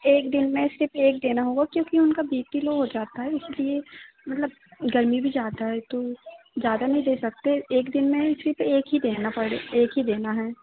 एक दिन में सिर्फ एक देना होगा क्योकि उनका बी पी लो हो जाता है इसलिये मतलब गर्मी भी ज्यादा है तो ज्यादा नहीं दे सकते एक दिन में सिर्फ एक ही देना पड़े एक ही देना है